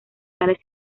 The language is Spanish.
tales